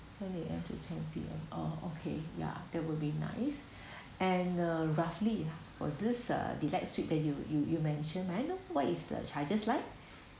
ten A_M to ten P_M oh okay ya that will be nice and uh roughly for this uh deluxe suite the you you you mentioned may I know what is the charges like